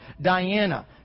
Diana